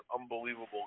unbelievable